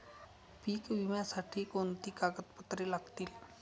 पीक विम्यासाठी कोणती कागदपत्रे लागतील?